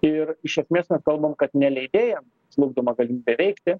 ir iš esmės mes kalbam kad ne leidėjam smukdoma galimybė veikti